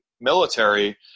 military